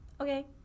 okay